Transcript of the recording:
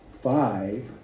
five